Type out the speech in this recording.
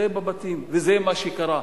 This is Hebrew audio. זה בבתים, וזה מה שקרה.